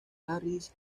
harris